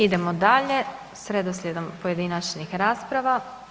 Idemo dalje s redoslijedom pojedinačnih rasprava.